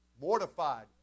Mortified